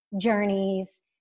journeys